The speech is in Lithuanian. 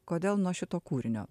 kodėl nuo šito kūrinio